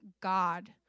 God